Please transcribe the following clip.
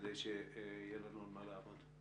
כדי שיהיה לנו על מה לעבוד.